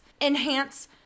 enhance